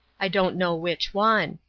i don't know which one.